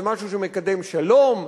זה משהו שמקדם שלום?